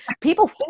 people